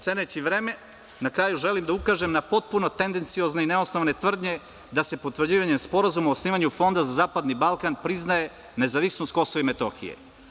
Ceneći vreme, na kraju želim da ukažem na potpuno tendenciozno i neosnovane tvrdnje da se potvrđivanje sporazuma o osnivanju Fonda za zapadni Balkan priznaje nezavisnost Kosova i Metohije.